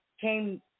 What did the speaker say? came